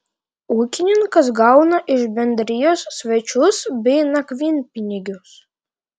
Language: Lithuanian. ūkininkas gauna iš bendrijos svečius bei nakvynpinigius